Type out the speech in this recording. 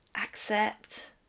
accept